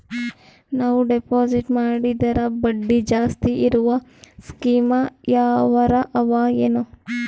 ನಾವು ಡೆಪಾಜಿಟ್ ಮಾಡಿದರ ಬಡ್ಡಿ ಜಾಸ್ತಿ ಇರವು ಸ್ಕೀಮ ಯಾವಾರ ಅವ ಏನ?